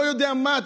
לא יודע מה,